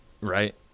Right